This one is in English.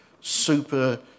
super